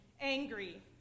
angry